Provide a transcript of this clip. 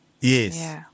yes